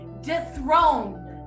dethroned